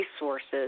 resources